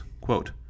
Quote